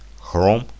chrome